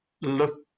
look